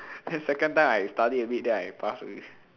then second time I study a bit then I pass already